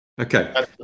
Okay